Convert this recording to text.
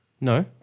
No